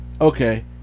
Okay